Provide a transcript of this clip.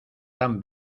tan